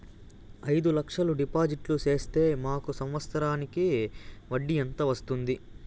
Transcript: అయిదు లక్షలు డిపాజిట్లు సేస్తే మాకు సంవత్సరానికి వడ్డీ ఎంత వస్తుంది?